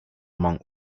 among